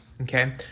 Okay